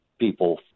people